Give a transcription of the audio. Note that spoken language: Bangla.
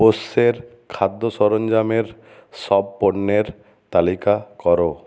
পোষ্যের খাদ্য সরঞ্জামের সব পণ্যের তালিকা করো